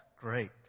great